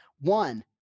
One